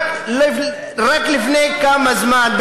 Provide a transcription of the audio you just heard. רק לפני כמה זמן,